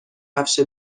کفش